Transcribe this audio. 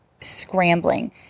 scrambling